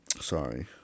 Sorry